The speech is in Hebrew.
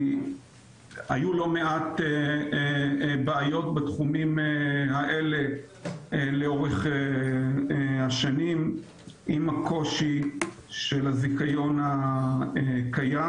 היו לא מעט בעיות בתחומים הללו לאורך השנים עם הקושי של הזיכיון הקיים.